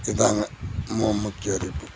இதுதாங்க மு முக்கிய அறிவிப்பு